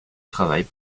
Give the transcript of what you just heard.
travaille